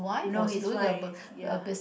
no his fine already ya